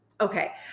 Okay